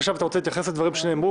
חשב הכנסת רוצה להתייחס לדברים שנאמרו